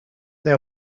they